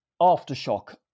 aftershock